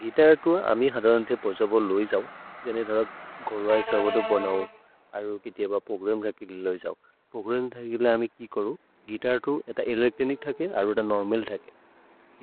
गुइतर् तु अमि हद नन्ते पज बोल् लोइ जओ, जने धल घोर्वय् सबदो बनओ, अरो किति अब प्रोग्रम् धकिलि लोइ जओ। प्रोग्रम् धकिलि ल अमि कि करु, गुइतर् तु एत एलेच्त्रोनिच् धके, अरो त नोर्मल् धके।